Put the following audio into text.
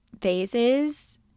phases